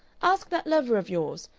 ask that lover of yours!